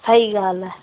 सही ॻाल्हि आहे